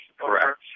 Correct